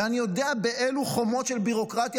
ואני יודע באלו חומות של ביורוקרטיה